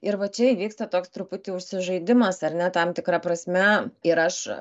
ir va čia įvyksta toks truputį užsižaidimas ar ne tam tikra prasme ir aš